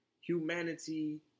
humanity